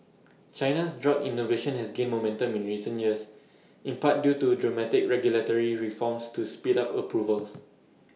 China's drug innovation has gained momentum in recent years in part due to dramatic regulatory reforms to speed up approvals